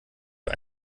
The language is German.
für